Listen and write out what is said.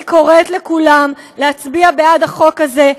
אני קוראת לכולכם להצביע בעד החוק הזה.